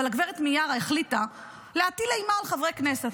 אבל גב' מיארה החליטה להטיל אימה על חברי כנסת.